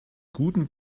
guten